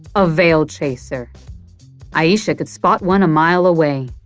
a veil-chaser ayesha could spot one a mile away.